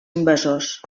invasors